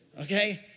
okay